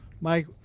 Mike